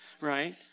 right